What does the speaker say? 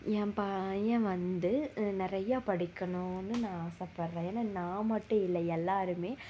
என் பையன் வந்து நிறையா படிக்கணும்னு நான் ஆசைப்படுறேன் ஏன்னா நான் மட்டும் இல்லை எல்லோருமே